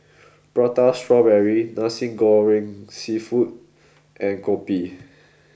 Prata Strawberry Nasi Goreng Seafood and Kopi